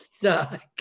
suck